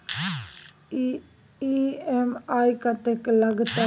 EMI कत्ते लगतै?